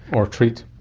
or treat.